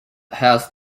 had